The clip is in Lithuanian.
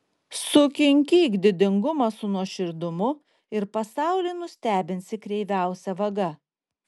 sukinkyk didingumą su nuoširdumu ir pasaulį nustebinsi kreiviausia vaga